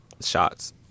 shots